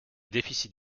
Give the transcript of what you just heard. déficit